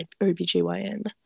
OBGYN